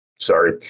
Sorry